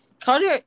Carter